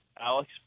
Alex